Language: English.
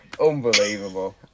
Unbelievable